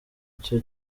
cyo